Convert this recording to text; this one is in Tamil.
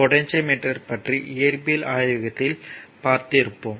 போட்டேன்ட்ஷியோமீட்டர் பற்றி இயற்பியல் ஆய்வகத்தில் பார்த்திருக்கலாம்